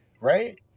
right